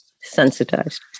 sensitized